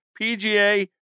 PGA